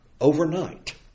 Overnight